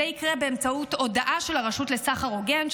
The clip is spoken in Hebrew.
זה יקרה באמצעות הודעה של הרשות לסחר הוגן,